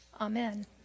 Amen